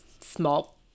small